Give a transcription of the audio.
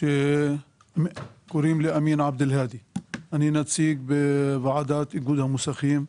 אני נציג בוועדת איגוד המוסכים.